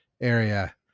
area